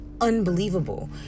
unbelievable